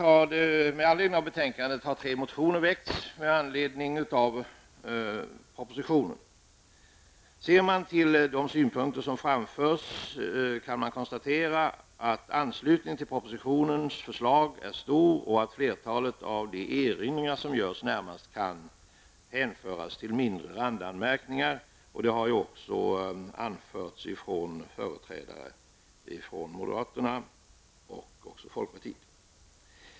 Tre motioner har väckts med anledning av propositionen. Ser man till de synpunkter som framförs i motionerna, kan man konstatera att anslutningen till propositionens förslag är stor och att flertalet av de erinringar som görs närmast kan sägas vara mindre randanmärkningar, vilket också framhållits av företrädare för moderaterna och folkpartiet.